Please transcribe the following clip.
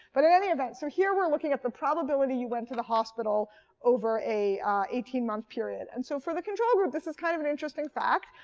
but in any event, so here we're looking at the probability you went to the hospital over an eighteen month period. and so for the control group, this is kind of an interesting fact.